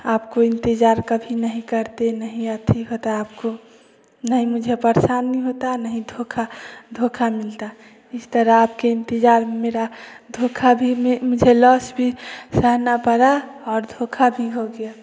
आपको इंतजार कभी नहीं करते नहीं एथि होता आपको नही मुझे परेशानी होता नहीं धोखा धोखा मिलता इस तरह आपके इंतजार में मेरा धोखा भी मुझे मुझे लॉस भी सहना पड़ा और धोखा भी हो गया